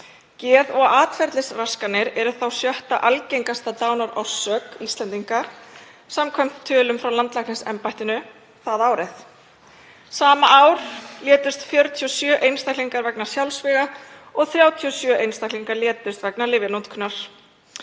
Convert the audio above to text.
Geð- og atferlisraskanir eru sjötta algengasta dánarorsök Íslendinga samkvæmt tölum frá landlæknisembættinu það árið. Sama ár létust 47 einstaklingar vegna sjálfsvíga og 37 einstaklingar létust vegna lyfjanotkunar.